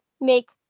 make